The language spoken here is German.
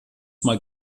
mal